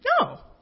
No